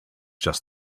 just